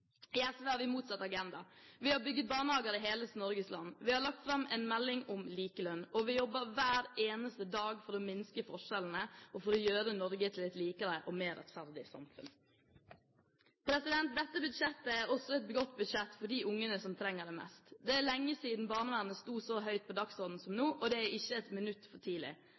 I SV har vi motsatt agenda. Vi har bygget barnehager i hele Norges land, vi har lagt fram en melding om likelønn, og vi jobber hver eneste dag for å minske forskjellene og gjøre Norge til et likere og mer rettferdig samfunn. Dette budsjettet er også et godt budsjett for de barna som trenger det mest. Det er lenge siden barnevernet sto så høyt på dagsordenen som nå, og det er ikke ett minutt for tidlig!